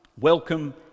welcome